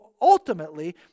ultimately